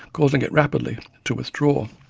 causing it rapidly to withdraw.